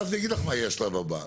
ואז אני אגיד לך מה יהיה השלב הבא: